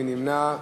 מי נמנע?